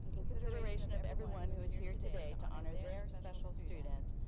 in consideration of everyone who is here today to honor their special student,